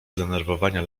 zdenerwowania